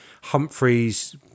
Humphreys